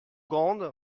grande